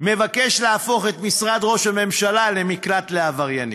מבקש להפוך את משרד ראש הממשלה למקלט לעבריינים.